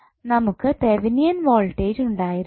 നമുക്ക് Thevenin voltage ഉണ്ടായിരുന്നില്ല